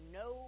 no